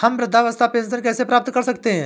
हम वृद्धावस्था पेंशन कैसे प्राप्त कर सकते हैं?